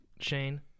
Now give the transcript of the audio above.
Shane